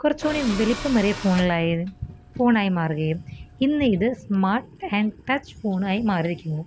കുറച്ചൂടി വലിപ്പമേറിയ ഫോണിലായി ഫോണായി മാറുകയും ഇന്നിത് സ്മാർട്ട് ആൻഡ് ടച്ച് ഫോണായി മാറീരിക്കുന്നു